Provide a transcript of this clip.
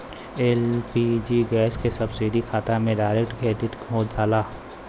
LPG gas क subsidy खाता में डायरेक्ट क्रेडिट हो जाला